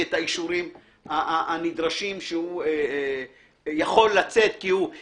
את האישורים הנדרשים שהוא יכול לצאת כי הוא